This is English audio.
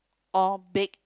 or bake